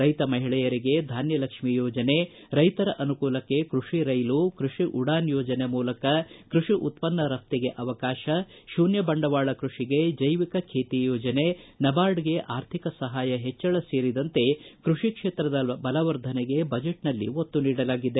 ರೈತ ಮಹಿಳೆಯರಿಗೆ ಧಾನ್ಯ ಲಕ್ಷ್ಮಿ ಯೋಜನೆ ರೈಶರ ಅನುಕೂಲಕ್ಕೆ ಕೃಷಿ ರೈಲು ಕೃಷಿ ಉಡಾನ ಯೋಜನೆ ಮೂಲಕ ಕೃಷಿ ಉತ್ತನ್ನ ರಫ್ತಿಗೆ ಅವಕಾಶ ಶೂನ್ಯ ಬಂಡವಾಳ ಕೃಷಿಗೆ ಜೈವಿಕ ಕೃಷಿ ಯೋಜನೆ ನಬಾರ್ಡ್ಗೆ ಆರ್ಥಿಕ ಸಹಾಯಕ ಹೆಜ್ಜಳ ಸೇರಿದಂತೆ ಕೃಷಿ ಕ್ಷೇತ್ರದ ಬಲವರ್ಧನೆಗೆ ಬಜೆಟ್ನಲ್ಲಿ ಒತ್ತು ನೀಡಲಾಗಿದೆ